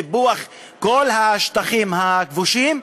סיפוח כל השטחים הכבושים,